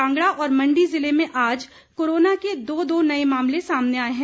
कांगड़ा और मंडी जिले में आज कोरोना के दो दो नए मामले सामने आए हैं